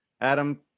Adam